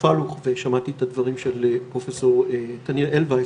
פערים שיש בין לבנים, לשחורים, להיספניים.